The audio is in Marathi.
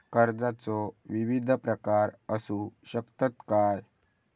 कर्जाचो विविध प्रकार असु शकतत काय?